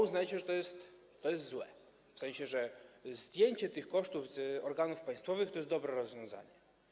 Uznajecie, że to jest złe, w sensie, że zdjęcie tych kosztów z organów państwowych to jest dobre rozwiązanie.